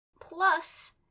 Plus